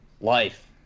life